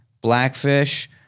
Blackfish